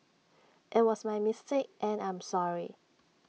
IT was my mistake and I'm sorry